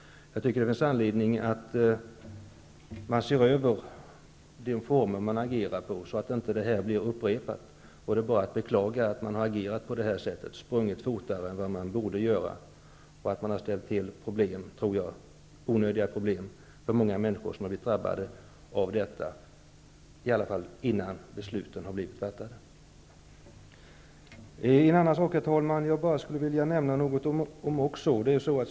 Jag tycker att det finns anledning att se över de former som man agerar i, så att det här inte upprepas. Det är bara att beklaga att man har agerat på det här sättet -- sprungit fortare än vad man borde göra -- och ställt till onödiga problem för många människor, som har blivit drabbade av detta i varje fall innan besluten har fattats. Det är en annan sak som jag också skulle vilja nämna, herr talman.